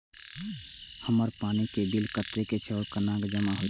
हमर पानी के बिल कतेक छे और केना जमा होते?